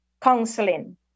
counseling